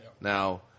Now